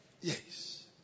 Yes